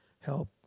help